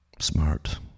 Smart